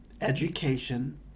education